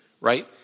right